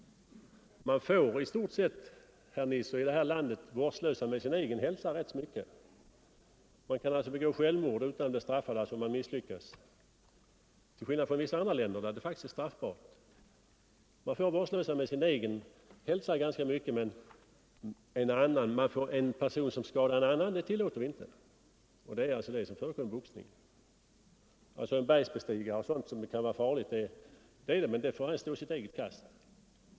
Man får i detta land vara rätt vårdslös med sin egen hälsa. Man kan begå självmord utan att bli straffad för den händelse man skulle misslyckas, till skillnad från andra länder där det faktiskt är straffbart. Man får vara vårdslös med sin egen hälsa men vi tillåter inte att man skadar en annan person. Det är vad som förekommer i boxning. Den som utövar bergbestigning och sådant som man kallar farligt får stå sitt eget kast.